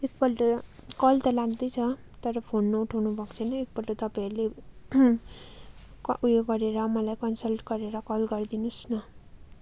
यसपल्ट कल त लाग्दै छ तर फोन नउठाउनु भएको चाहिँ ले तपाईँहरूले क ऊ यो गरेर मलाई कन्सल्ट गरेर कल गरिदिनुहोस् न